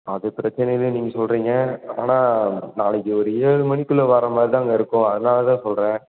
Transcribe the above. அது பிரச்சனை இல்லைன்னு நீங்கள் சொல்லுறிங்க ஆனால் நாளைக்கு ஒரு ஏழு மணிக்குக்குள்ளே வரமாதிரி தாங்க இருக்கும் அதனால் தான் சொல்லுறேன்